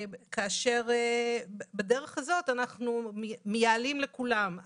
כאשר בדרך הזאת אנחנו מייעלים לכולם.